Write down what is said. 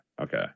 okay